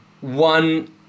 one